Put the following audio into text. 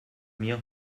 mir